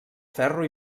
ferro